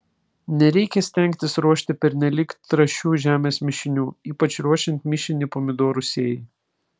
nereikia stengtis ruošti pernelyg trąšių žemės mišinių ypač ruošiant mišinį pomidorų sėjai